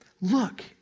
Look